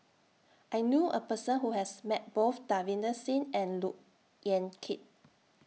I knew A Person Who has Met Both Davinder Singh and Look Yan Kit